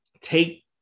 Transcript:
take